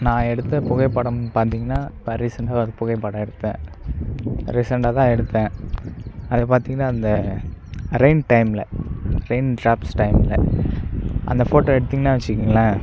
நான் எடுத்த புகைப்படம் பார்த்தீங்கன்னா இப்போ ரீசண்டாக ஒரு புகைப்படம் எடுத்தேன் ரீசண்டாக தான் எடுத்தேன் அது பார்த்தீங்கன்னா அந்த ரெயின் டைம்மில் ரெயின் டிராப்ஸ் டைம்மில் அந்த ஃபோட்டோ எடுத்தீங்கன்னா வச்சிங்களேன்